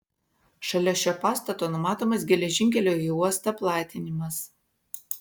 šalia šio pastato numatomas geležinkelio į uostą platinimas